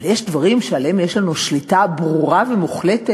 אבל יש דברים שעליהם יש לנו שליטה ברורה ומוחלטת.